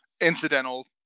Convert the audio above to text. incidental